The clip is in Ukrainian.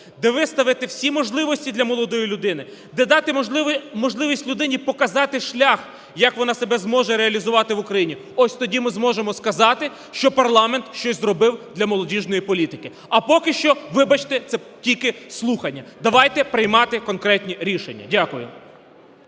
де виставити всі можливості для молодої людини, де дати можливість людині показати шлях, як вона себе зможе реалізувати в Україні. Ось тоді ми зможемо сказати, що парламент щось зробив для молодіжної політики. А поки що, вибачте, це тільки слухання. Давайте приймати конкретні рішення! Дякую.